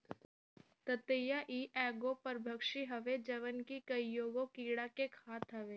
ततैया इ एगो परभक्षी हवे जवन की कईगो कीड़ा के खात हवे